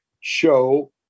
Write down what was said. show